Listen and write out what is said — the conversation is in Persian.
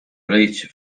ریچ